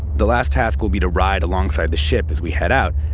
the last task will be to ride alongside the ship as we head out.